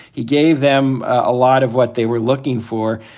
he gave them a lot of what they were looking for.